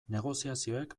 negoziazioek